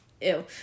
ew